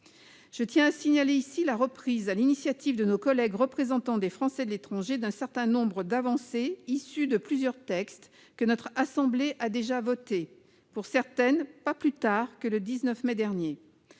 Je tiens à signaler ici la reprise, sur l'initiative de nos collègues représentants des Français de l'étranger, d'un certain nombre d'avancées issues de plusieurs textes que notre assemblée a déjà votés, pour certaines pas plus tard que le 19 mai dernier.